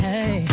Hey